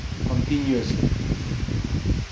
continuously